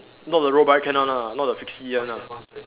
not the road bike cannot ah not the fixie one ah